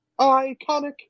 Iconic